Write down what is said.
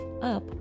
up